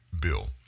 bill